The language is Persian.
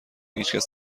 هیچکس